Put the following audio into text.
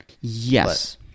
Yes